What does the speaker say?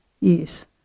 Yes